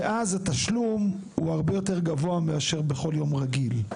שבהם התשלום גבוה יותר מאשר בכל יום רגיל.